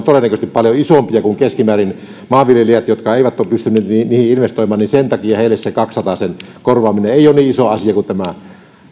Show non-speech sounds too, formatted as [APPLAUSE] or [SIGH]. [UNINTELLIGIBLE] todennäköisesti paljon isompia kuin keskimäärin ne maanviljelijät jotka eivät ole pystyneet niihin niihin investoimaan ja sen takia heille sen kaksisatasen korvaaminen ei ole niin iso asia kuin tämä